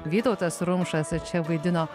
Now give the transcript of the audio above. vytautas rumšas čia vaidino